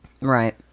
right